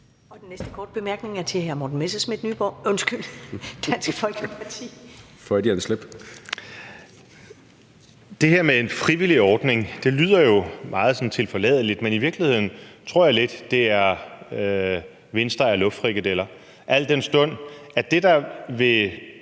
Det her med en frivillig ordning lyder jo meget tilforladeligt, men i virkeligheden tror jeg lidt, det er vindsteg og luftfrikadeller, al den stund at det, der vil